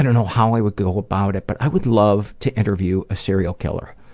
and know how i would go about it. but i would love to interview a serial killer.